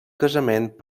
casament